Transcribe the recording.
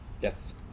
yes